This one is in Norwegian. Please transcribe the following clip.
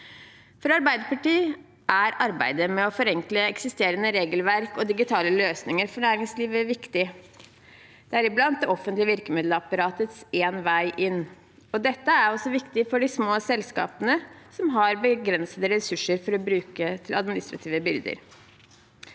For Arbeiderpartiet er arbeidet med å forenkle eksisterende regelverk og digitale løsninger for næringslivet viktig, deriblant det offentlige virkemiddelapparatets Én vei inn. Dette er også viktig for de små selskapene som har begrensede ressurser å bruke til administrative byrder.